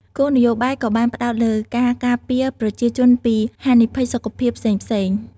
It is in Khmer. គោលនយោបាយក៏បានផ្តោតលើការការពារប្រជាជនពីហានិភ័យសុខភាពផ្សេងៗ។